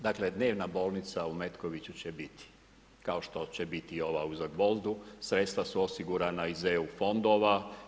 Dakle, dnevna bolnica u Metkoviću će biti, kao što će biti i ova u Zagvozdu, sredstva su osigurana iz EU fondova.